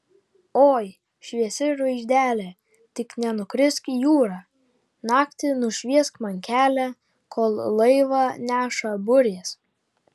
oi šviesi žvaigždele tik nenukrisk į jūrą naktį nušviesk man kelią kol laivą neša burės